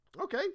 Okay